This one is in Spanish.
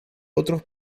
otros